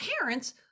parents